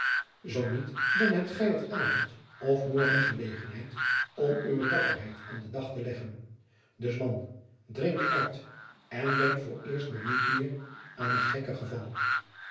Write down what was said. zoo niet dan hebt gij t avond of morgen gelegenheid om uwe dapperheid aan den dag te leggen dus man drink uit en denk vooreerst maar niet meer aan het gekke geval